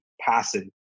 passive